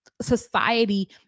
society